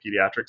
Pediatrics